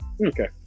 Okay